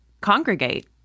congregate